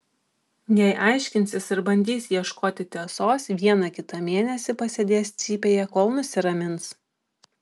jei aiškinsis ir bandys ieškoti tiesos vieną kitą mėnesį pasėdės cypėje kol nusiramins